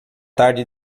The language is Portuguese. tarde